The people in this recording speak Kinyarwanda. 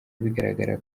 bigaragara